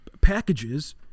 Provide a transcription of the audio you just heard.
packages